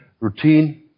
routine